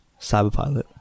Cyberpilot